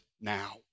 now